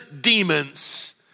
demons